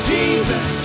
Jesus